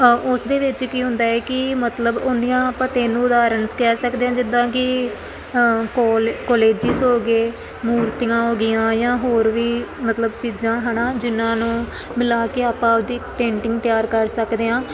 ਉਸ ਦੇ ਵਿੱਚ ਕੀ ਹੁੰਦਾ ਹੈ ਕਿ ਮਤਲਬ ਉਹਦੀਆਂ ਆਪਾਂ ਤਿੰਨ ਉਦਾਹਰਨਸ ਕਹਿ ਸਕਦੇ ਹਾਂ ਜਿੱਦਾਂ ਕਿ ਕੋਲ ਕੋਲਜੀਸ ਹੋ ਗਏ ਮੂਰਤੀਆਂ ਹੋ ਗਈਆਂ ਜਾਂ ਹੋਰ ਵੀ ਮਤਲਬ ਚੀਜ਼ਾਂ ਹੈ ਨਾ ਜਿਹਨਾਂ ਨੂੰ ਮਿਲਾ ਕੇ ਆਪਾਂ ਉਹਦੀ ਪੇਂਟਿੰਗ ਤਿਆਰ ਕਰ ਸਕਦੇ ਹਾਂ